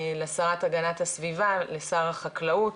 לשרת הגנת הסביבה, לשר החקלאות,